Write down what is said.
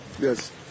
yes